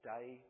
Day